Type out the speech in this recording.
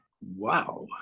Wow